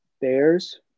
Bears